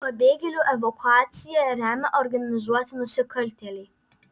pabėgėlių evakuaciją remia organizuoti nusikaltėliai